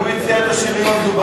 הוא הציע את השינויים המדוברים.